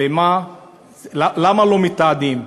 ולמה לא מתעדים?